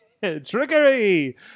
Trickery